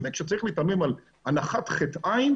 באמת כשצריך להתאמן על הנחת ח"ע,